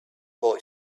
boy